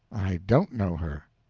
i don't know her.